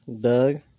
Doug